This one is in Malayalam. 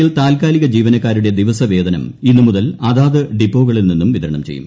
യിൽ താത്കാലിക ജീവനക്കാരുടെ ദിവസവേതനം ഇന്നുമുതൽ അതാത് ഡിപ്പോകളിൽ നിന്നും വിതരണം ചെയ്യും